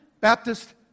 Baptist